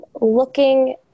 looking